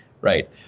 right